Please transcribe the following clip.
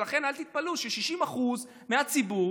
ולכן אל תתפלאו ש-60% מהציבור